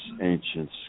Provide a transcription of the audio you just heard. ancient